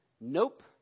nope